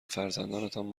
فرزندانتان